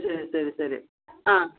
ശരി ശരി ശരി ആ